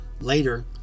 Later